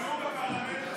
בעד שרון רופא אופיר,